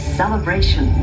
celebration